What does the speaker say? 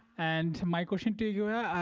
and my question to you.